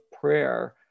prayer